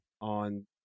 on